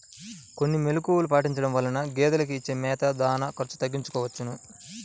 కొన్ని మెలుకువలు పాటించడం వలన గేదెలకు ఇచ్చే మేత, దాణా ఖర్చు తగ్గించుకోవచ్చును